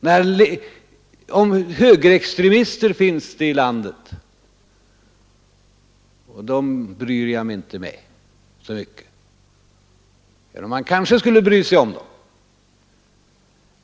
Det finns högerextremister i landet, men dem bryr jag mig inte så mycket med, även om man kanske borde göra det.